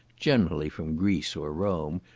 generally from greece or rome,